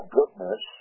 goodness